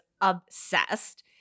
obsessed